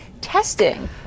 testing